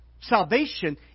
salvation